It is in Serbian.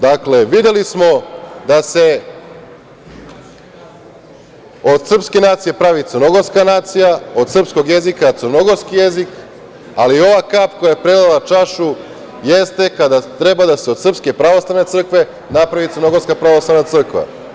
Dakle, videli smo da se od srpske nacije pravi crnogorska nacija, od srpskog jezika, crnogorski jezik, ali ova kap koja je prelila čašu jeste kada treba da se od Srpske pravoslavne crkve napravi Crnogorska pravoslavna crkva.